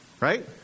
right